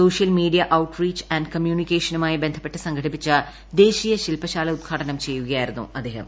social media outreach and കമ്മ്യൂണിക്കേഷനുമായി ബന്ധപ്പെട്ട് സംഘടിപ്പിച്ച ദേശീയ ശിൽപ്പശാല ഉദ്ഘാടനം ചെയ്യുകയായിരുന്നു അദ്ദേഹം